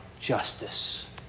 justice